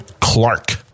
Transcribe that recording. Clark